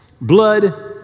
blood